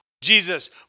Jesus